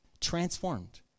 Transformed